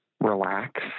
relax